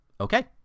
okay